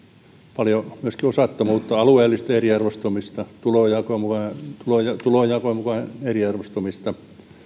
paljon osattomuutta on alueellista eriarvoistumista tulonjaon mukaista eriarvoistumista